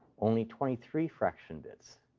only twenty three fraction bits.